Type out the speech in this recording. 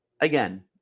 Again